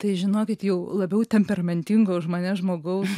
tai žinokit jau labiau temperamentingo už mane žmogaus